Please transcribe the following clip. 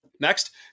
Next